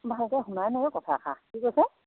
ভালকৈ শুনাই নাই অ' কথাষাৰ কি কৈছে